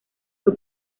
fue